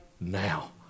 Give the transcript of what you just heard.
now